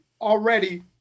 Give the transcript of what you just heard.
already